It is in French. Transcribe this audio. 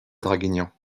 draguignan